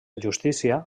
justícia